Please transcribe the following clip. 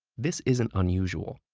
this isn't unusual.